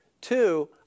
Two